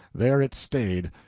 there it stayed,